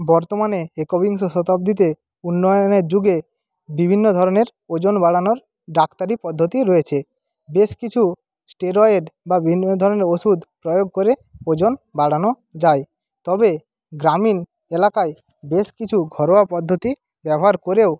বর্তমানে একবিংশ শতাব্দীতে উন্নয়নের যুগে বিভিন্ন ধরনের ওজন বাড়ানোর ডাক্তারি পদ্ধতি রয়েছে বেশ কিছু স্টেরয়েড বা বিভিন্ন ধরনের ওষুধ প্রয়োগ করে ওজন বাড়ানো যায় তবে গ্রামীণ এলাকায় বেশ কিছু ঘরোয়া পদ্ধতি ব্যবহার করেও